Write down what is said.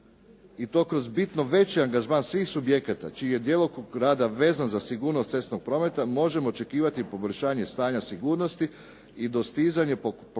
i to kroz bitno veći angažman svih subjekata čiji je djelokrug rada vezan za sigurnost cestovnog prometa, možemo očekivati poboljšanje stanja sigurnosti i dostizanje proklamiranog